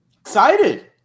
excited